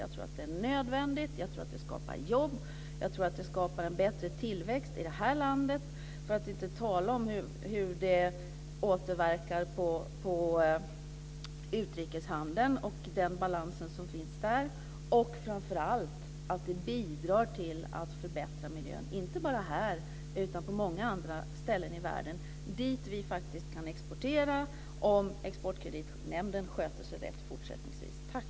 Jag menar att det är nödvändigt och skapar jobb och en bättre tillväxt i vårt land, för att inte tala om hur det återverkar på balansen i utrikeshandeln. Framför allt bidrar det till att förbättra miljön inte bara här utan på många andra ställen i världen, dit vi faktiskt kan exportera om Exportkreditnämnden sköter sig väl fortsättningsvis.